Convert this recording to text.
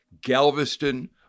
Galveston